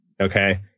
Okay